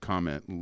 Comment